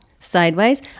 sideways